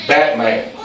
Batman